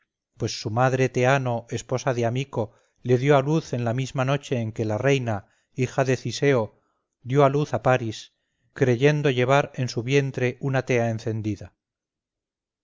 pues su madre teano esposa de amico le dio a luz en la misma noche en que la reina hija de ciseo dio a luz a paris creyendo llevar en su vientre una tea encendida